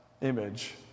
image